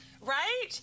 right